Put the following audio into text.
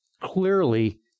clearly